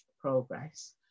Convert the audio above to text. progress